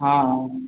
हाँ हाँ